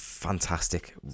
Fantastic